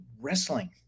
wrestling